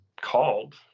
called